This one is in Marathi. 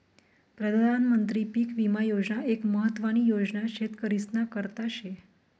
प्रधानमंत्री पीक विमा योजना एक महत्वानी योजना शेतकरीस्ना करता शे